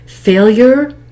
failure